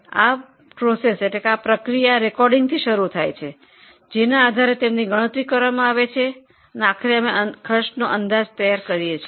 આ પ્રક્રિયા નોંધણીથી શરૂ થાય છે જેના આધારે ગણતરી કરવામાં આવે છે અને આખરે ખર્ચનો અંદાજ તૈયાર કરવામાં છીએ